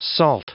Salt